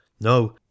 no